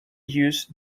use